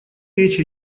речь